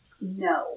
no